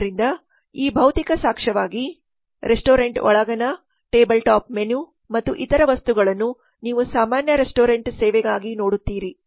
ಆದ್ದರಿಂದ ಈ ಬೌತಿಕ ಸಾಕ್ಷವಾಗಿ ರೆಸ್ಟೋರೆಂಟ್ ಒಳಾಂಗಣ ಟೇಬಲ್ ಟಾಪ್ ಮೆನು ಮತ್ತು ಇತರ ವಸ್ತುಗಳನ್ನು ನೀವು ಸಾಮಾನ್ಯ ರೆಸ್ಟೋರೆಂಟ್ ಸೇವೆಗಾಗಿ ನೋಡುತ್ತೀರಿ